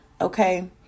Okay